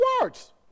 words